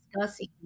discussing